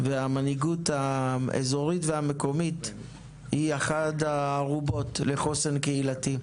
והמנהיגות האזורית והמקומית היא אחת הערובות לחוסן קהילתי.